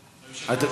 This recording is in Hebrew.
זאת,